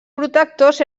protectors